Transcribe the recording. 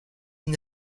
une